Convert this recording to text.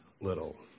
little